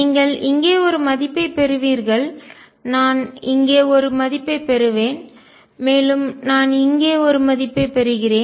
நீங்கள் இங்கே ஒரு மதிப்பைப் பெறுவீர்கள் நான் இங்கே ஒரு மதிப்பைப் பெறுவேன் மேலும் நான் இங்கே ஒரு மதிப்பைப் பெறுகிறேன்